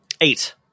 eight